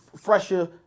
fresher